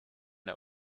der